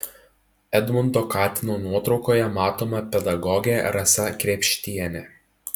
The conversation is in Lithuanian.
edmundo katino nuotraukoje matoma pedagogė rasa krėpštienė